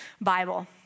Bible